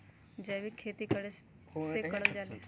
जैविक खेती कई से करल जाले?